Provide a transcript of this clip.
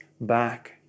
back